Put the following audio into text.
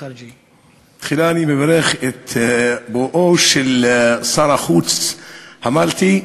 תחילה אני מברך את בואו של שר החוץ המלטי.